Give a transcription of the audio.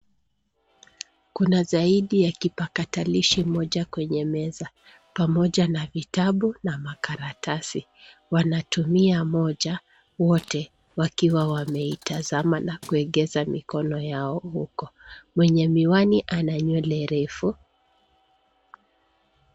Kuna zaidi ya kipatakalishi moja kwenye meza pamoja na vitabu na makaratasi. Wanatumia moja wote wakiwa wameitazama na kuegeza mikono yao huko. Mwenye miwani ana nywele refu.